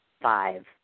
five